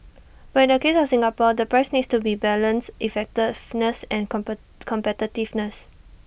but in the case of Singapore the price needs to balance effectiveness and competitiveness